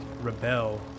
rebel